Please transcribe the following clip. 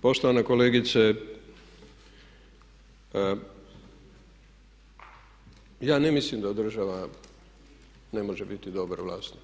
Poštovana kolegice, ja ne mislim da država ne može biti dobar vlasnik